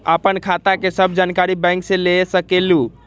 आपन खाता के सब जानकारी बैंक से ले सकेलु?